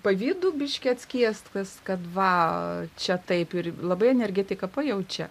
pavydu biški atskiestas kad va čia taip ir labai energetiką pajaučia